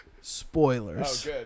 spoilers